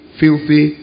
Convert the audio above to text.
filthy